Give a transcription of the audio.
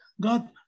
God